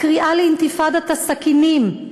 הקריאה לאינתיפאדת הסכינים,